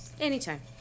Anytime